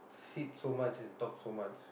sit so much and talk so much